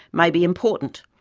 may be important.